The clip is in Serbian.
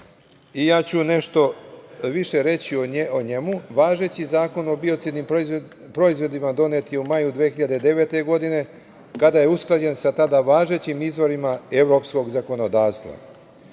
i ja ću nešto više reći o njemu. Važeći Zakon o biocidnim proizvodima donet je u maju 2009. godine kada je usklađen sa tada važećim izvorima evropskog zakonodavstva.